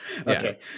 Okay